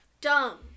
Dumb